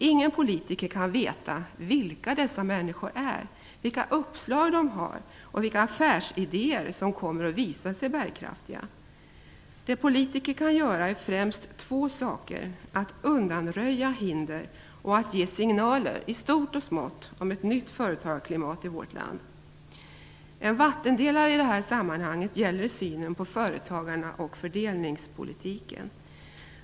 Ingen politiker kan veta vilka dessa människor är, vilka uppslag de har och vilka affärsidéer som kommer att visa sig bärkraftiga. Det politiker kan göra är främst två saker: att undanröja hinder och att ge signaler i stort och smått om ett nytt företagarklimat i vårt land. En vattendelare i detta sammanhang gäller synen på företagarna och fördelningspolitiken.